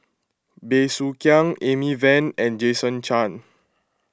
Bey Soo Khiang Amy Van and Jason Chan